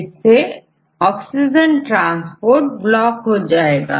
जिससे oxygen transport block हो जाएगा